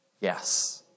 Yes